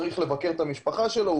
צריך לבקר את המשפחה שלו,